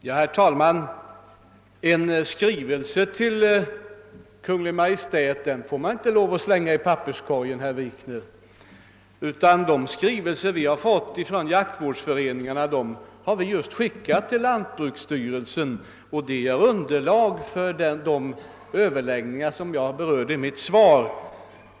Herr talman! En skrivelse till Kungl. Maj:t får inte bara slängas i papperskorgen, herr Wikner, och de skrivelser som vi har mottagit från jaktvårdsföreningarna har skickats vidare till lantbruksstyrelsen. Det är bl.a. detta som bildar underlag för de överläggningar jag nämnt i mitt svar.